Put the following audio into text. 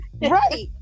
Right